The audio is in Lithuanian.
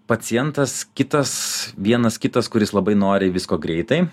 pacientas kitas vienas kitas kuris labai nori visko greitai